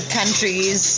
countries